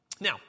Now